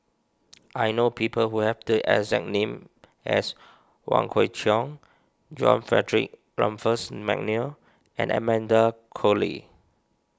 I know people who have the exact name as Wong Kwei Cheong John Frederick McNair and Amanda Koe Lee